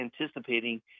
anticipating